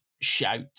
shout